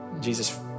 Jesus